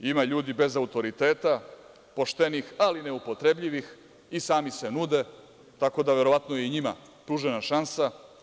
Ima ljudi bez autoriteta, poštenih, ali neupotrebljivih i sami se nude, tako da je verovatno i njima pružena šansa.